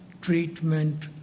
treatment